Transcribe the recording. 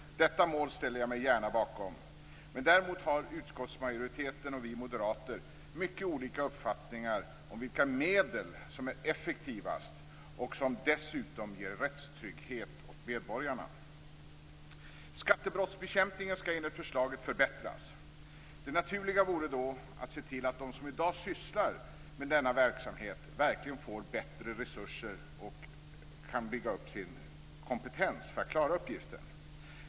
Detta mål ställer jag mig gärna bakom. Däremot har utskottsmajoriteten och vi moderater mycket olika uppfattningar om vilka medel som är effektivast och som dessutom ger rättstrygghet åt medborgarna. Skattebrottsbekämpningen skall enligt förslaget förbättras. Det naturliga vore då att se till att de som i dag sysslar med denna verksamhet verkligen får bättre resurser att bygga upp sin kompetens för att klara den uppgiften.